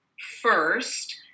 first